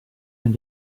and